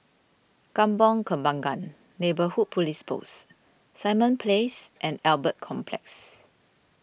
Kampong Kembangan Neighbourhood Police Post Simon Place and Albert Complex